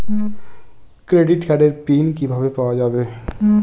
Credit কার্ডের PIN কিভাবে পাওয়া যাবে?